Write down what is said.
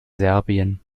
serbien